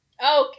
Okay